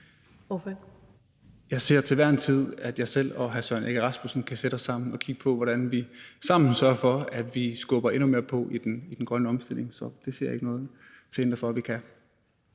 (S): Jeg ser til enhver tid, at jeg selv og hr. Søren Egge Rasmussen kan sætte os sammen og kigge på, hvordan vi sammen kan sørge for, at vi skubber endnu mere på i den grønne omstilling. Det ser jeg ikke noget til hinder for at vi kan.